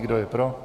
Kdo je pro?